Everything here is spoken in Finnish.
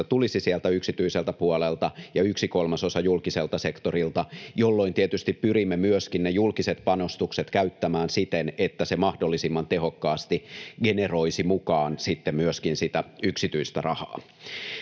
tulisi sieltä yksityiseltä puolelta ja yksi kolmasosa julkiselta sektorilta, jolloin tietysti pyrimme myöskin ne julkiset panostukset käyttämään siten, että se mahdollisimman tehokkaasti generoisi mukaan myöskin sitä yksityistä rahaa.